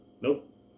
Nope